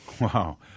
Wow